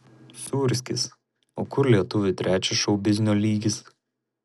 sūrskis o kur lietuvių trečias šou biznio lygis